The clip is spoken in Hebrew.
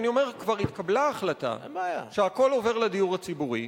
אני אומר: כבר התקבלה החלטה שהכול עובר לדיור הציבורי,